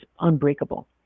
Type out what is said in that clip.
unbreakable